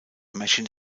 machine